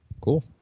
Cool